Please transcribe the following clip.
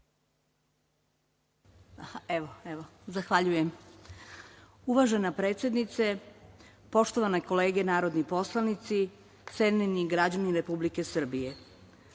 Načić** Zahvaljujem. Uvažena predsednice, poštovane kolege narodni poslanici i cenjeni građani Republike Srbije,